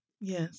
Yes